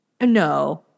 No